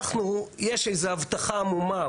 יש איזה הבטחה עמומה,